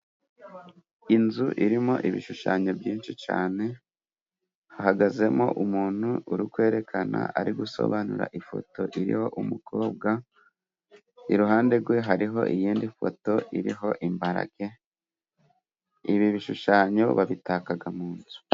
Inzu irimo ibishushanyo byinshi cane， hahagazemo umuntu uri kwerekana ari gusobanura ifoto，iriho umukobwa， iruhande rwe hariho iyindi foto iriho imparage， ibi bishushanyo babitakaga mu nzu.